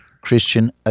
Christian